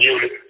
Unit